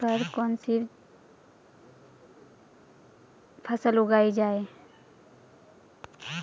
Credit card लेने के क्या फायदे हैं?